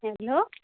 hello